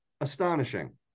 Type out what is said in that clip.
astonishing